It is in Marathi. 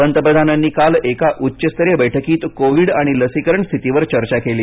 पंतप्रधानांनी काल एका उच्चस्तरीय बैठकीत कोविड आणि लसीकरण स्थितीवर चर्चा केली